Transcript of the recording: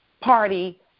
party